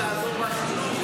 לעזור למטפלים,